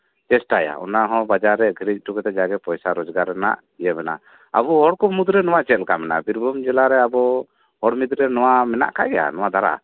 ᱪᱮᱥᱴᱟᱭᱟ ᱚᱱᱟᱦᱚᱸ ᱵᱟᱡᱟᱨ ᱨᱮ ᱟᱹᱠᱷᱨᱤᱧ ᱦᱚᱴᱚ ᱠᱟᱛᱮᱫ ᱡᱟᱜᱮ ᱯᱚᱭᱥᱟ ᱨᱳᱡᱜᱟᱨ ᱨᱮᱭᱟᱜ ᱢᱮᱱᱟᱜᱼᱟ ᱟᱵᱚ ᱦᱚᱲ ᱠᱚ ᱢᱩᱫᱽ ᱨᱮ ᱱᱚᱶᱟ ᱪᱮᱫ ᱞᱮᱠᱟ ᱢᱮᱱᱟᱜᱼᱟ ᱵᱤᱨᱵᱷᱩᱢ ᱡᱮᱞᱟᱨᱮ ᱟᱵᱚ ᱦᱚᱲ ᱜᱤᱫᱽᱨᱟᱹ ᱱᱚᱶᱟ ᱢᱮᱱᱟᱜ ᱟᱠᱟᱫ ᱜᱮᱭᱟ ᱱᱚᱶᱟ ᱫᱷᱟᱨᱟ